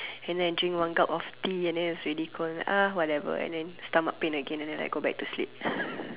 and then I drink one gulp of tea and then it's already cold whatever and then stomach pain again and then I go back to sleep